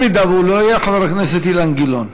אם הוא לא יהיה, חבר הכנסת אילן גילאון.